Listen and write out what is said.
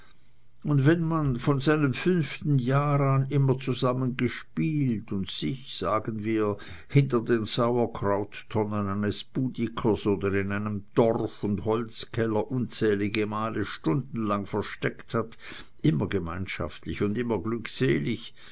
und wenn man von seinem fünften jahr an immer zusammen gespielt und sich sagen wir hinter den sauerkrauttonnen eines budikers oder in einem torf und holzkeller unzählige male stundenlang versteckt hat immer gemeinschaftlich und immer glückselig